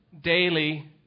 Daily